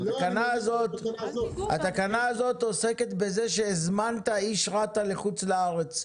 התקנה הזאת עוסקת בזה שהזמנת איש רת"א לחוץ לארץ,